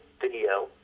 video